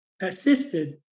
assisted